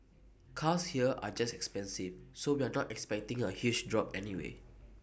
cars here are just expensive so we are not expecting A huge drop anyway